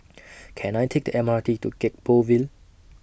Can I Take The M R T to Gek Poh Ville